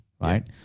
right